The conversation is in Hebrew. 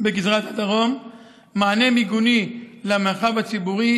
בגזרת הדרום מענה מיגוני למרחב הציבורי,